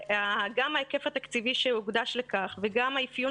גם ההיקף התקציבי שהוקדש לכך וגם האפיון